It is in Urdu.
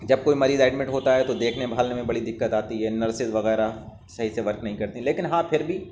جب کوئی مریض ایڈمٹ ہوتا ہے تو دیکھنے بھالنے میں بڑی دقت آتی ہے نرسیز وغیرہ صحیح سے ورک نہیں کرتیں لیکن ہاں پھر بھی